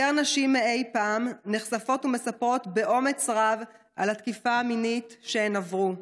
יותר נשים מאי פעם נחשפות ומספרות באומץ רב על התקיפה המינית שהן עברו,